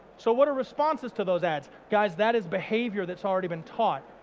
so what are responses to those ads? guys that is behaviour that's already been taught.